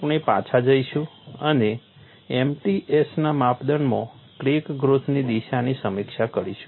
આપણે પાછા જઈશું અને MTS ના માપદંડમાં ક્રેક ગ્રોથની દિશાની સમીક્ષા કરીશું